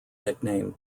nickname